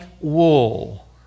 wool